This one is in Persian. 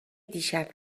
دیشب